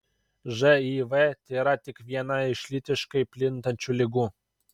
živ tėra tik viena iš lytiškai plintančių ligų